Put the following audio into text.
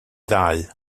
ddau